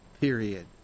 period